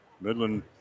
Midland